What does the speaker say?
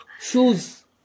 Shoes